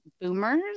boomers